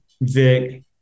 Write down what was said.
Vic